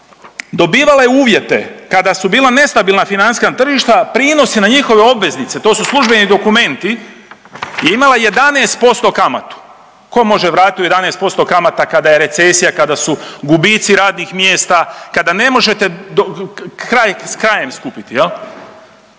dobiva je uvjete kada su bila nestabilna financijska tržišta prinosi na njihove obveznice, to su službeni dokumenti je imala 11% kamatu. Ko može vratit u 11% kamata kada je recesija, kada su gubici radnih mjesta, kada ne možete kraj s krajem skupiti?